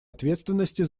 ответственности